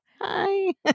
Hi